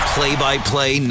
Play-by-play